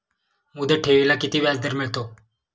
मुदत ठेवीला किती व्याजदर मिळतो?